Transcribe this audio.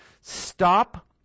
stop